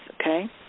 okay